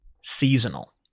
seasonal